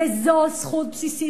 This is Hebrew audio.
וזו זכות בסיסית,